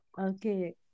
Okay